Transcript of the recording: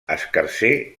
escarser